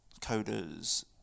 coders